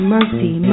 Mercy